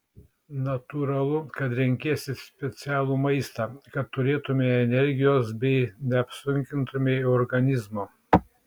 natūralu kad renkiesi specialų maistą kad turėtumei energijos bei neapsunkintumei organizmo